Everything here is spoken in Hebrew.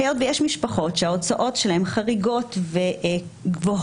היות ויש משפחות שההוצאות שלהן חריגות וגבוהות,